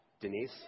Denise